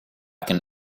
can